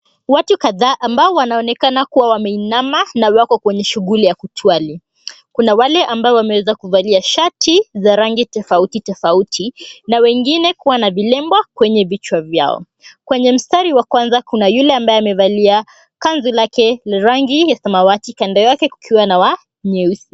Watu kadhaa, ambao wanaonekana kuwa wameinama na wako kwenye shughuli ya kutuali. Kuna wale ambao wameweza kuvalia shati za rangi tofauti tofauti, na wengine kuwa na vilemba kwenye vichwa vyao. Kwenye mstari wa kwanza, kuna yule ambaye amevalia kanzu lake la rangi ya samawati, kando yake kukiwa na wa nyeusi.